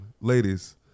Ladies